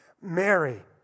Mary